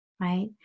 right